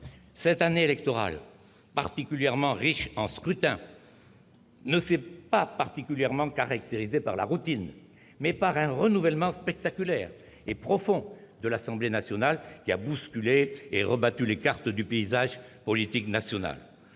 Cette année électorale, particulièrement riche en scrutins, ne s'est pas spécialement caractérisée par la routine, mais par un renouvellement spectaculaire, et profond, de l'Assemblée nationale qui a bousculé et rebattu les cartes du paysage politique national.